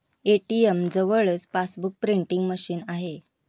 ATM जवळच passbook printing machine आहे